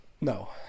No